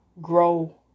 grow